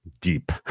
deep